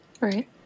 right